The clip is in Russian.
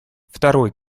второй